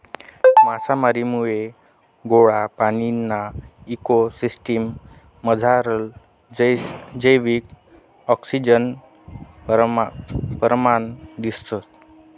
मासामारीमुये गोडा पाणीना इको सिसटिम मझारलं जैविक आक्सिजननं परमाण दिसंस